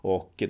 Och